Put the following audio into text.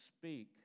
speak